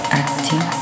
acting